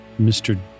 Mr